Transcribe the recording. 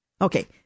Okay